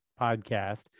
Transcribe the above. podcast